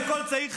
די.